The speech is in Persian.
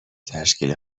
تشکیل